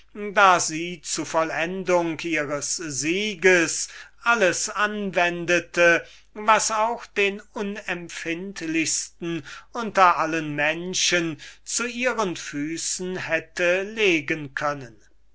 da sie zu vollendung ihres sieges alles anwendete was auch den unempfindlichsten unter allen menschen zu ihren füßen hätte legen können